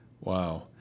Wow